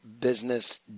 business